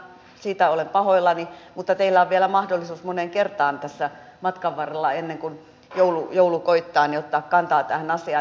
siitä olen pahoillani mutta teillä on vielä mahdollisuus moneen kertaan tässä matkan varrella ennen kuin joulu koittaa ottaa kantaa tähän asiaan